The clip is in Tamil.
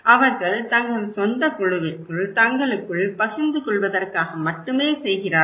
அவர்கள் தங்கள் சொந்தக் குழுவிற்குள் தங்களுக்குள் பகிர்ந்து கொள்வதற்காக மட்டுமே செய்கிறார்கள்